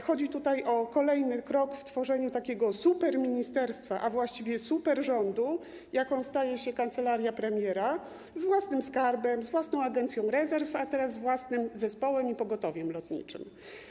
Chodzi tutaj o kolejny krok w tworzeniu superministerstwa, a właściwie superrządu, jakim staje się kancelaria premiera - z własnym skarbem, z własną agencją rezerw, a teraz z własnym zespołem i pogotowiem lotniczym.